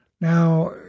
Now